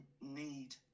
need